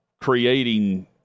creating